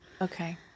Okay